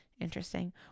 interesting